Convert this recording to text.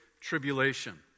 tribulation